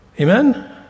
Amen